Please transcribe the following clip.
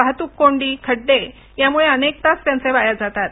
वाहतूक कोंडी खड्डे यामुळे अनेक तास वाया जातात